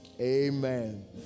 Amen